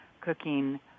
cooking